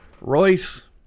Royce